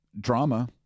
drama